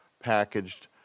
packaged